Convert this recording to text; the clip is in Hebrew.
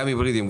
גם היברידיים,